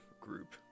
group